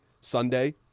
Sunday